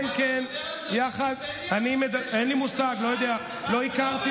כן, כן, יחד, אתה מדבר על חבר הכנסת